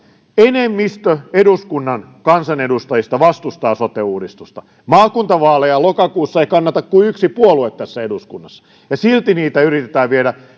enemmistö eduskunnan kansanedustajista vastustaa sote uudistusta maakuntavaaleja lokakuussa ei kannata kuin yksi puolue tässä eduskunnassa ja silti niitä yritetään viedä